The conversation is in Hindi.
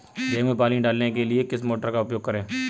गेहूँ में पानी डालने के लिए किस मोटर का उपयोग करें?